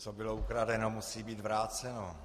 Co bylo ukradeno, musí být vráceno.